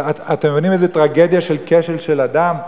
אתם מבינים איזו טרגדיה של כשל של אדם?